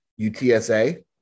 UTSA